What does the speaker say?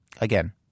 Again